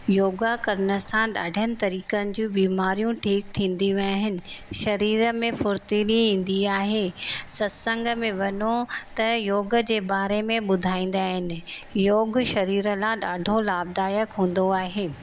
योगा करण सां ॾाढनि तारीक़नि जूं बीमारियूं ठीकु थींदियूं आहिनि शरीर में फुर्ती बि ईंदी आहे सत्संग में वञो त योग जे बारे में ॿुधाईंदा आहिनि योग शरीर जे लाइ ॾाढो लाभदायक हूंदो आहे